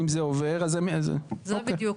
זה לא בדיוק,